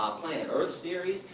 ah planet earth series,